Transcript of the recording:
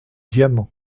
diamant